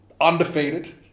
Undefeated